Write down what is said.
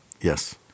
Yes